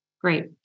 Great